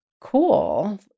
cool